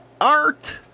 art